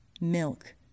milk